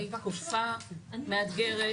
תקופה מאתגרת